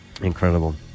Incredible